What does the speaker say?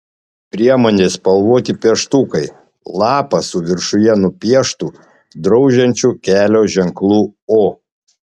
priemonės spalvoti pieštukai lapas su viršuje nupieštu draudžiančiu kelio ženklu o